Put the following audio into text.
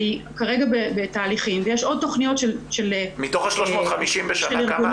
והיא כרגע בתהליכים ויש עוד תכניות של --- מתוך ה-350 בשנה כמה